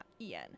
Ian